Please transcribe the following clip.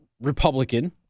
Republican